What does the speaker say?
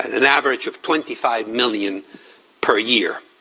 an average of twenty five million per year.